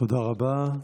תודה רבה.